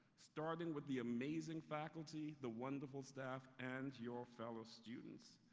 starting with the amazing faculty, the wonderful staff and your fellow students.